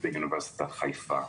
ואוניברסיטת חיפה.